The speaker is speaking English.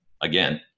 Again